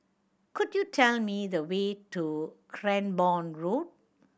could you tell me the way to Cranborne Road